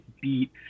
beat